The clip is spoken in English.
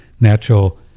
natural